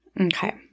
Okay